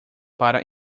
para